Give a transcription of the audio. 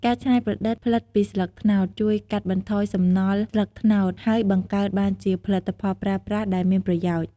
ការច្នៃប្រឌិតផ្លិតពីស្លឹកត្នោត ជួយកាត់បន្ថយសំណល់ស្លឹកត្នោត ហើយបង្កើតបានជាផលិតផលប្រើប្រាស់ដែលមានប្រយោជន៍។